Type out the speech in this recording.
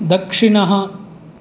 दक्षिणः